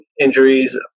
injuries